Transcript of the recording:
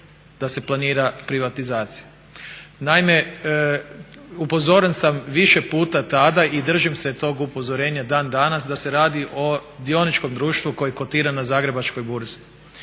da se planira privatizacija. Naime, upozoren sam više puta tada i držim se tog upozorenja dan danas da se radi o dioničkom društvu koje kotirana zagrebačkoj burzi.